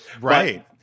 right